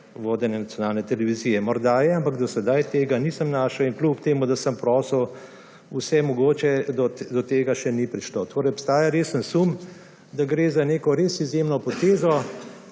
vodenje nacionalne televizije. Morda je, ampak do sedaj tega nisem našel, in kljub temu, da sem prosil vse mogoče, do tega še ni prišlo. Tako da obstaja resen sum, da gre za neko res izjemno potezo.